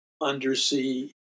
undersea